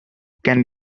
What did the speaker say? can